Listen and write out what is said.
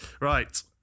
Right